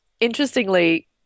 interestingly